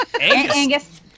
Angus